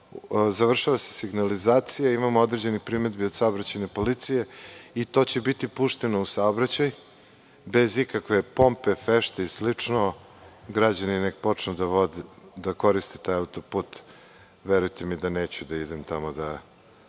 Završava se signalizacija. Imamo određene primedbe od saobraćajne policije i to će biti pušteno u saobraćaj, bez ikakve pompe, fešte i slično. Građani neka počnu da koriste taj autoput, verujte mi da neću da idem tamo da